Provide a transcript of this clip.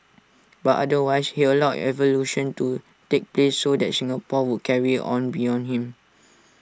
but otherwise he allowed evolution to take place so that Singapore would carry on beyond him